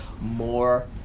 more